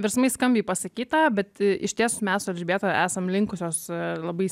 virsmai skambiai pasakyta bet išties mes su elžbieta esam linkusios labai